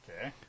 Okay